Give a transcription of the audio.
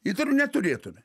įtariu neturėtume